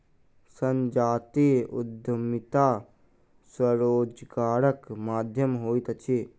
संजातीय उद्यमिता स्वरोजगारक माध्यम होइत अछि